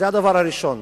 זה הדבר הראשון.